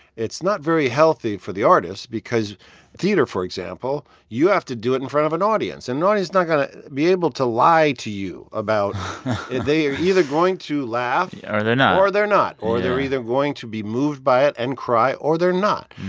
it's not very healthy for the artist because theater, for example, you have to do it in front of an audience. and an audience is not going to be able to lie to you about they are either going to laugh. yeah or they're not. or they're not. or they're either going to be moved by it and cry, or they're not.